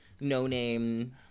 no-name